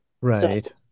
Right